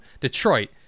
Detroit